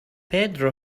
pedro